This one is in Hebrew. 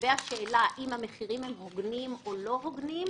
לגבי השאלה אם המחירים הוגנים או לא הוגנים,